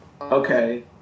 okay